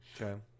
Okay